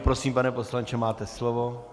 Prosím, pane poslanče, máte slovo.